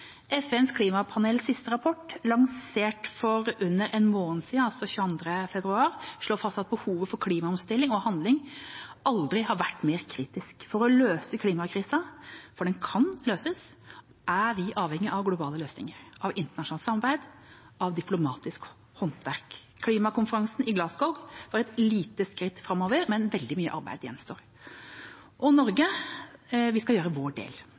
FNs klimapanels siste rapport, lansert for under en måned siden, den 28. februar, slår fast at behovet for klimaomstilling- og handling aldri har vært mer kritisk. For å løse klimakrisen – for den kan løses – er vi avhengig av globale løsninger, av internasjonalt samarbeid, av diplomatisk håndverk. Klimakonferansen i Glasgow var et lite skritt framover, men veldig mye arbeid gjenstår. Norge skal gjøre sin del.